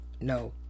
no